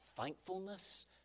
thankfulness